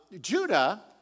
Judah